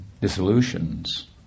dissolutions